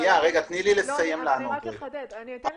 גם